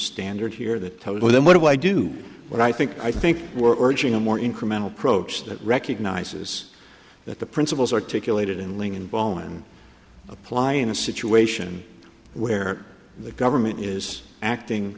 standard here that total then what do i do what i think i think we're urging a more incremental approach that recognizes that the principles articulated in lincoln bowen apply in a situation where the government is acting